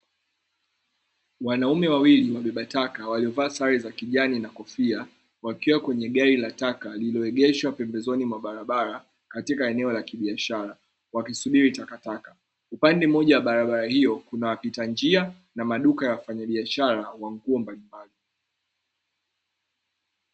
Wanaume wawili wabeba taka waliovaa sare za kijani na kofia, wakiwa kwenye gari la taka lililoegeshwa pembezoni mwa barabara katika eneo la kibiashara wakisubiri takataka, upande mmoja wa barabara hiyo kuna wapita njia na maduka ya wafanyabiashara wa nguo mbalimbali.